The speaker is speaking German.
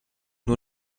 nur